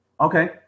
Okay